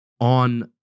On